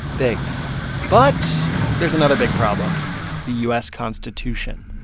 thanks but there's another big problem the u s. constitution.